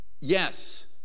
yes